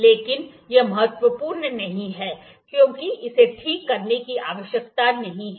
लेकिन यह महत्वपूर्ण नहीं है क्योंकि इसे ठीक करने की आवश्यकता नहीं है